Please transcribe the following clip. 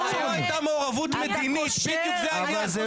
אם הייתה מעורבות מדינית, בדיוק זה העניין, זו